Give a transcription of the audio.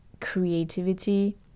creativity